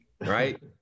right